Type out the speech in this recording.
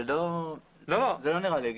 זה לא נראה לי הגיוני.